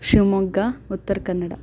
Shivamogga Uttara Kannada